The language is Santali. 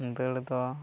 ᱫᱟᱹᱲ ᱫᱚ